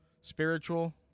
spiritual